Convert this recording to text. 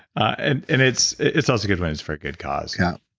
and and it's it's also good when it's for a good cause yeah